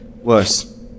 Worse